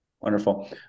wonderful